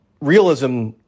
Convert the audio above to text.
realism